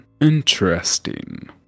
Interesting